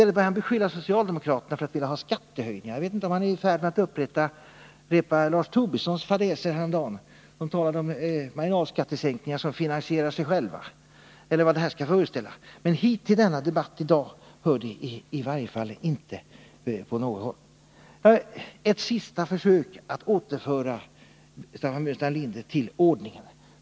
Han börjar beskylla socialdemokraterna för att vilja ha skattehöjningar. Jag vet inte om han är i färd med att upprepa de fadäser som Lars Tobisson begick häromdagen — herr Tobisson talade om marginalskattesänkningar som finansierar sig själva. Eller vad skall det här föreställa? Till debatten i dag hör det i varje fall inte på något vis. Jag vill göra ett sista försök att återföra Staffan Burenstam Linder till ordningen.